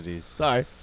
Sorry